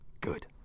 good